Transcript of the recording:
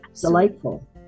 delightful